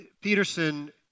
Peterson